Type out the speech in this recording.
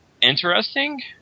interesting